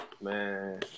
Man